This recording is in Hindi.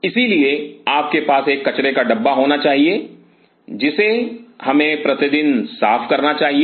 इसलिए आपके पास एक कचरे का डब्बा होना चाहिए जिसे हमें प्रतिदिन साफ करना चाहिए